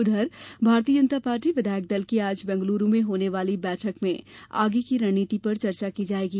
उधर भारतीय जनता पार्टी विधायक दल की आज बेंगलुरु में होने वाली बैठक में आगे की रणनीति पर चर्चा की जाएगी